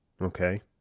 okay